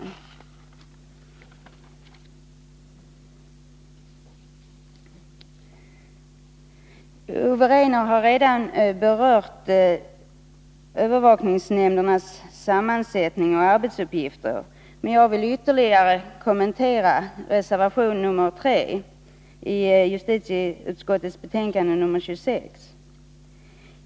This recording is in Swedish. Justitieminister Ove Rainer har redan berört frågan om övervakningsnämndernas sammansättning och arbetsuppgifter, men jag skall ändå något ytterligare kommentera reservationen 3 i justitieutskottets betänkande 26.